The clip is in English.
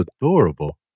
adorable